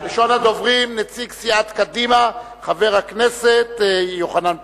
הדוברים, נציג סיעת קדימה, חבר הכנסת יוחנן פלסנר.